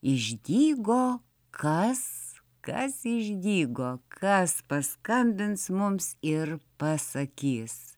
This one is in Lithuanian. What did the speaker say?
išdygo kas kas išdygo kas paskambins mums ir pasakys